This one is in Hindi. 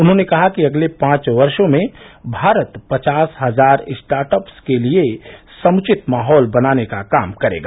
उन्होंने कहा कि अगले पांच वर्षो में भारत पचास हजार स्टार्ट अप्स के लिए समुचित माहौल बनाने का काम करेगा